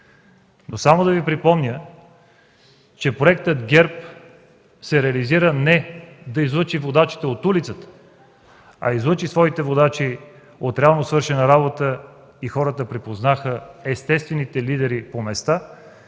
Но само да Ви припомня, че проектът ГЕРБ се излъчи не за да излъчи водачите от улицата, а излъчи своите водачи от реално свършена работа и хората припознаха естествените лидери по места,